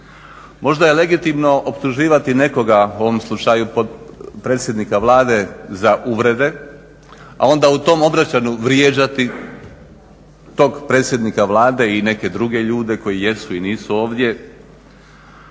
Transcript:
Možda je legitimno optuživati nekoga u ovom slučaju predsjednika Vlade za uvrede, a onda u tom obraćanju vrijeđati tog predsjednika Vlade i neke druge ljude koji jesu i nisu ovdje.